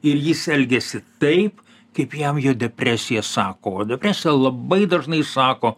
ir jis elgiasi taip kaip jam jo depresija sako o depresija labai dažnai sako